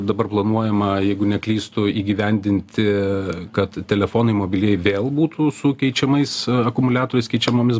dabar planuojama jeigu neklystu įgyvendinti kad telefonai mobilieji vėl būtų su keičiamais akumuliatoriais keičiamomis